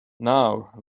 now